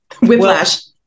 whiplash